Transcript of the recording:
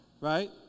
right